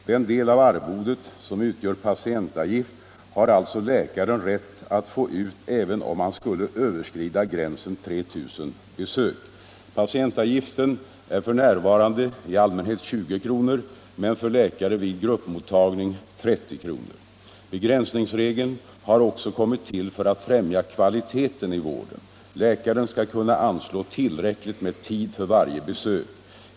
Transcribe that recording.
Den del av arvodet som utgör patientavgift har alltså läkaren rätt att få ut även om han skulle överskrida gränsen 3 000 besök. Patientavgiften är f. n. i allmänhet 20 kr. men för läkare vid gruppmottagning 30 kr. Begränsningsregeln har också kommit till för att främja kvaliteten i vården. Läkaren skall kunna anslå tillräckligt med tid för varje besök.